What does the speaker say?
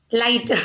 light